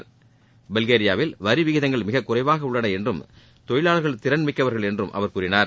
அவர் பல்கேரியாவில் வரி விகிதங்கள் மிகவும் குறைவாக உள்ளன என்றும் தொழிலாளர்கள் திறன் மிக்கவர்கள் என்றும் அவர் கூறினார்